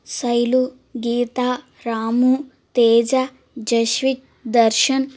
Shailu Geeta Ramu Teja Jeswith Darshan